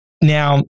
Now